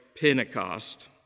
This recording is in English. Pentecost